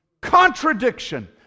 contradiction